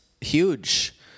huge